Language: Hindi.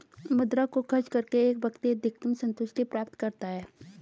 मुद्रा को खर्च करके एक व्यक्ति अधिकतम सन्तुष्टि प्राप्त करता है